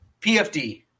PFD